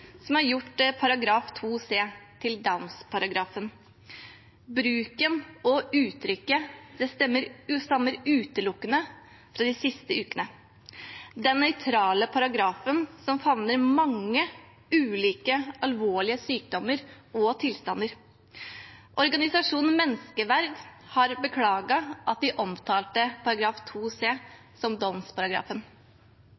som har gjort § 2 c til «Downs-paragrafen». Bruken og uttrykket stammer utelukkende fra de siste ukene. Den nøytrale paragrafen favner mange ulike, alvorlige sykdommer og tilstander. Organisasjonen Menneskeverd har beklaget at de omtalte § 2 c